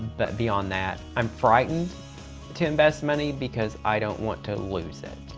but beyond that, i'm frightened to invest money because i don't want to lose it.